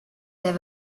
there